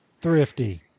Thrifty